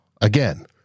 Again